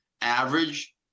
Average